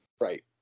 Right